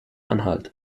anhalt